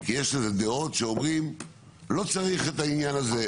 כי יש דעות שאומרים לא צריך את העניין הזה,